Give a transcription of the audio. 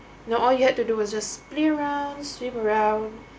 not all you had to do was just play around swim around